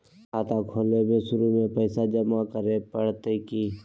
खाता खोले में शुरू में पैसो जमा करे पड़तई की?